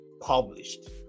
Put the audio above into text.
published